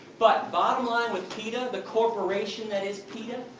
but, bottom line with peta. the corporation that is peta.